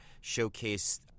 showcase